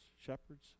shepherds